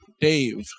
Dave